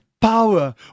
power